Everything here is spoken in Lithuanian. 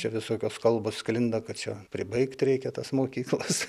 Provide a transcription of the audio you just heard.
čia visokios kalbos sklinda kad čia pribaigt reikia tas mokyklas